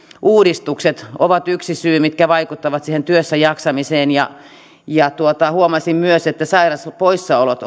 uudistukset ovat yksi syy mikä vaikuttaa siihen työssäjaksamiseen huomasin myös että sairauspoissaolot